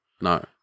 No